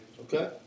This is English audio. Okay